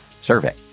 survey